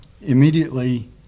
Immediately